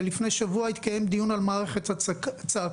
ולפני שבוע התקיים דיון על מערכת הצעקה,